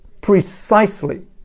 precisely